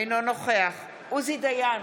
אינו נוכח עוזי דיין,